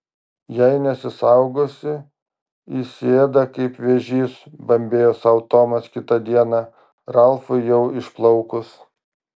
jei nesisaugosi įsiėda kaip vėžys bambėjo sau tomas kitą dieną ralfui jau išplaukus